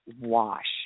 wash